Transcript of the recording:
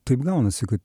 taip gaunasi kad